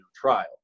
trial